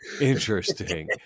interesting